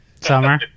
Summer